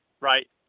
Right